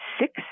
six